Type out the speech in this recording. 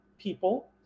people